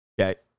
Okay